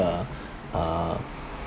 uh uh